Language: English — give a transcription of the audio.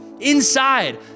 inside